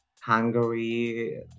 Hungary